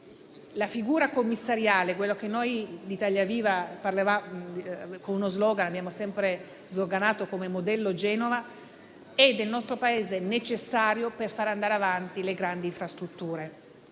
la figura commissariale, quella che noi di Italia Viva, con uno *slogan*, abbiamo sempre definito come modello Genova, è necessaria nel nostro Paese necessaria per far andare avanti le grandi infrastrutture.